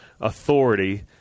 authority